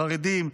חרדים,